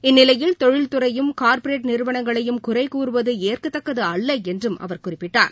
இந்நிலையில் தொழில் துறையையும் கார்ப்பரேட் நிறுவனங்களையும் குறை கூறுவது ஏற்கத்தக்கது அல்ல என்றும் அவர் குறிப்பிட்டார்